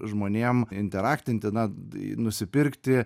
žmonėm interaktinti na tai nusipirkti